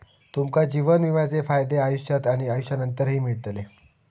तुमका जीवन विम्याचे फायदे आयुष्यात आणि आयुष्यानंतरही मिळतले